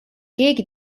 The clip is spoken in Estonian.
keegi